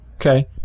okay